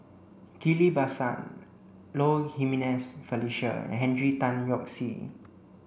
Ghillie Basan Low Jimenez Felicia and Henry Tan Yoke See